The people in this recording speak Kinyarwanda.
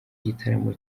gitaramo